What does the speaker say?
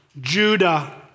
Judah